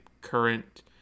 current